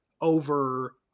over